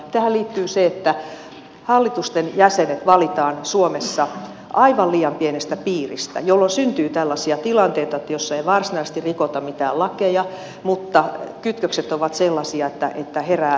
tähän liittyy se että hallitusten jäsenet valitaan suomessa aivan liian pienestä piiristä jolloin syntyy tällaisia tilanteita joissa ei varsinaisesti rikota mitään lakeja mutta kytkökset ovat sellaisia että herää epäluottamus